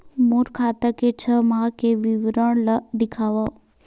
मोर खाता के छः माह के विवरण ल दिखाव?